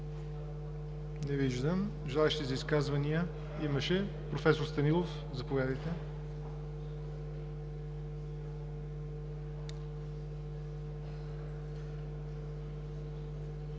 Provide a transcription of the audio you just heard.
Не виждам. Желаещи за изказвания имаше. Професор Станилов, заповядайте.